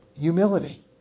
Humility